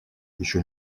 еще